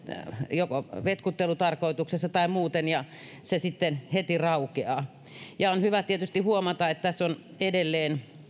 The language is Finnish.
joko vetkuttelutarkoituksessa tai muuten ja se sitten heti raukeaa on hyvä tietysti huomata että tässä on edelleen